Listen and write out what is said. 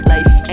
Life